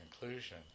conclusion